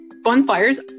bonfires